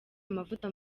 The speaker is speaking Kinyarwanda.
amavuta